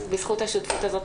בזכות השותפות הזאת,